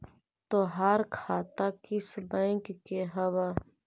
तोहार खाता किस बैंक में हवअ